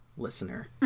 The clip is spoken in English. listener